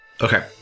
Okay